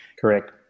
Correct